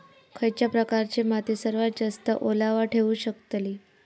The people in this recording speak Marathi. खयच्या प्रकारची माती सर्वात जास्त ओलावा ठेवू शकतली?